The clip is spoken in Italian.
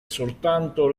soltanto